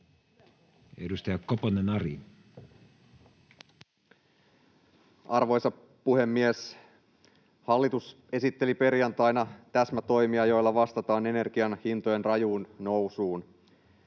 Edustaja Koponen, Ari. Arvoisa puhemies! Hallitus esitteli perjantaina täsmätoimia, joilla vastataan energian hintojen rajuun nousuun.